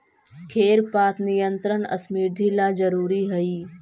खेर पात नियंत्रण समृद्धि ला जरूरी हई